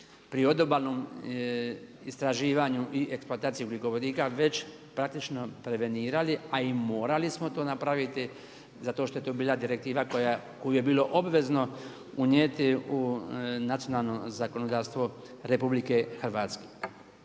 pri odobalnom istraživanju i eksploataciji ugljikovodika već praktično prevenirali, a i morali smo to napraviti zato što je to bila direktiva koju je bilo obvezno unijeti u nacionalno zakonodavstvo RH. To je jedan